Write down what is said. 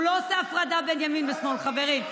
הוא לא עושה הפרדה בין ימין ושמאל, חברים.